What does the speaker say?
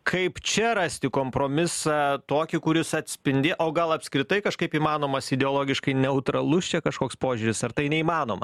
kaip čia rasti kompromisą tokį kuris atspindė o gal apskritai kažkaip įmanomas ideologiškai neutralus čia kažkoks požiūris ar tai neįmanoma